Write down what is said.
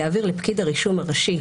יעביר לפקיד הרישום הראשי,